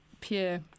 pure